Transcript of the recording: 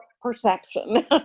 perception